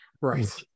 Right